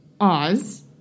Oz